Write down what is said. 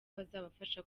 bazabafasha